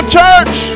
church